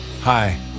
Hi